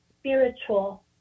spiritual